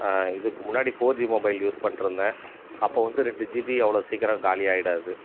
இதுக்கு முன்னாடி four G mobile use பண்ணிட்ருந்தேன் அப்போது வந்து ரெண்டு ஜிபி அவ்வளோ சீக்கிரம் காலி ஆகிடாது